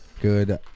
Good